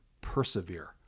persevere